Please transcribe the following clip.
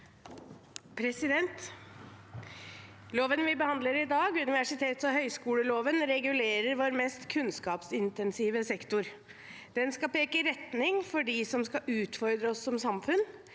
Loven vi behand- ler i dag, universitetets- og høyskoleloven, regulerer vår mest kunnskapsintensive sektor. Den skal peke retning for dem som skal utfordre oss som samfunn,